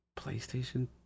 PlayStation